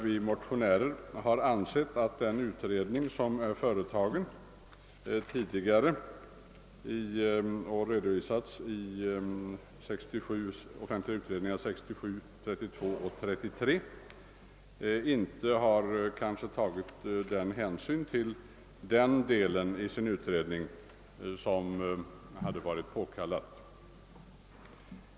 Vi motionärer anser nämligen att man i den tidigare utredningen, redovisad i SOU 1967:32 och 33, kanske inte har tagit så stor hänsyn till den kanaldelen som hade varit påkallad.